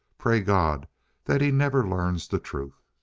pray god that he never learns the truth!